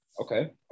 Okay